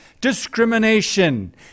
discrimination